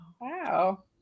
Wow